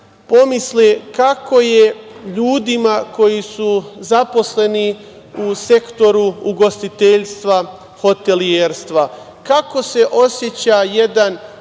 pomisle kako je ljudima koji su zaposleni u sektoru ugostiteljstva, hotelijerstva. Kako se oseća